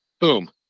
boom